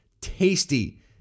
tasty